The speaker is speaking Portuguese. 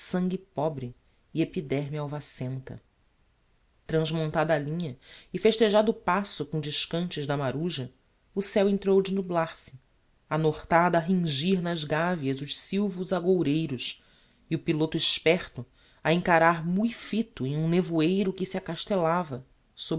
sangue pobre e epiderme alvacenta trasmontada a linha e festejado o passo com descantes da maruja o céo entrou de nublar se a nortada a ringir nas gaveas os silvos agoureiros e o piloto esperto a encarar mui fito em um nevoeiro que se